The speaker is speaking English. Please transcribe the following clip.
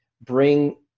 bring